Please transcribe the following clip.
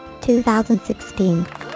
2016